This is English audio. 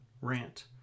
rant